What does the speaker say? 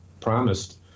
promised